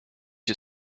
you